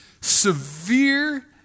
Severe